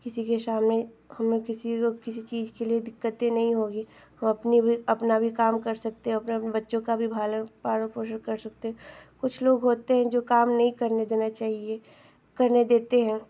किसी के सामने हमें किसी चीज के लिए दिक्कत ही नहीं होगी अपने भी अपना भी काम कर सकते हैं अपना भी बच्चे का भी भालन पालन पोषण कर सकते हैं कुछ लोग होते हैं जो काम नहीं करने देना चाहिए करने देते हैं